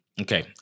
Okay